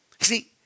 See